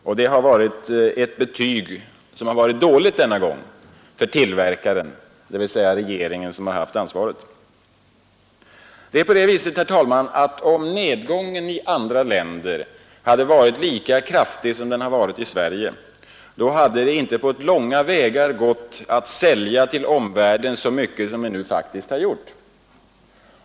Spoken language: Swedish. Och det blir ju i detta fall ett dåligt betyg åt tillverkaren, dvs. åt regeringen som har haft ansvaret. Om nedgången i andra länder hade varit lika kraftig som i Sverige, så hade det inte gått att sälja på långa vägar så mycket till omvärlden som vi nu faktiskt har gjort.